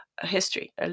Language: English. history